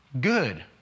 Good